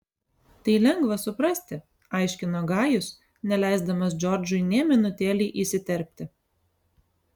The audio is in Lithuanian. tai lengva suprasti aiškino gajus neleisdamas džordžui nė minutėlei įsiterpti